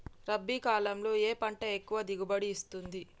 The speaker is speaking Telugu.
రబీ కాలంలో ఏ పంట ఎక్కువ దిగుబడి ఇస్తుంది?